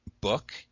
book